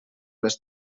les